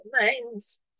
minds